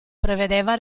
prevedeva